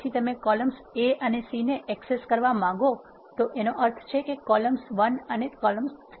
તેથી તમે columns a અને c ને એક્સેસ કરવા માંગો છો તેનો અર્થ એ કે કોલમ્સ 1 અને 3